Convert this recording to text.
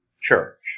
church